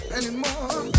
anymore